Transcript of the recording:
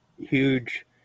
huge